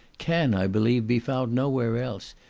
can, i believe, be found nowhere else,